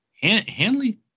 Hanley